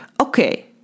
okay